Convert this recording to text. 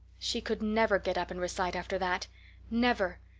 she could never get up and recite after that never.